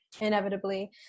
inevitably